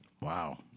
Wow